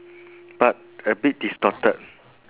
but a bit distorted